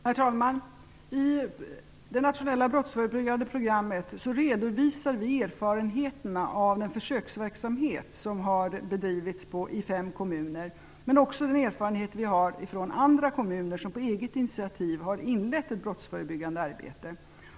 Herr talman! I det nationella brottsförebyggande programmet redovisar vi erfarenheterna av den försöksverksamhet som har bedrivits i fem kommuner. Vi redovisar också den erfarenhet som vi har från andra kommuner som på eget initiativ har inlett ett brottsförebyggande arbete.